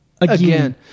again